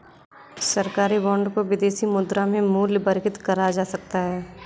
सरकारी बॉन्ड को विदेशी मुद्रा में मूल्यवर्गित करा जा सकता है